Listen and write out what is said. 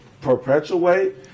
perpetuate